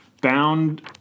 bound